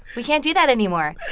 we can't do that anymore.